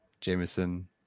Jameson